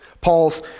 Paul's